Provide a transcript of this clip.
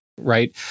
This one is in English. Right